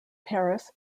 paris